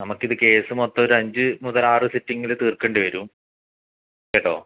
നമ്മൾക്കിത് case മൊത്തം ഒരഞ്ച് മുതൽ ആറ് സിറ്റിങ്ങിൽ തീർക്കേണ്ടി വരും കേട്ടോ